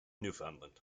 newfoundland